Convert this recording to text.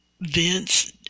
Vince